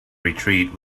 retreat